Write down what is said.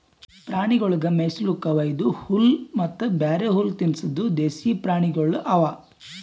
ಪ್ರಾಣಿಗೊಳಿಗ್ ಮೇಯಿಸ್ಲುಕ್ ವೈದು ಹುಲ್ಲ ಮತ್ತ ಬ್ಯಾರೆ ಹುಲ್ಲ ತಿನುಸದ್ ದೇಶೀಯ ಪ್ರಾಣಿಗೊಳ್ ಅವಾ